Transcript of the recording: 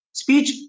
speech